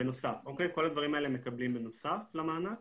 כל הדברים האלה הם מקבלים בנוסף למענק.